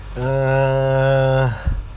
uh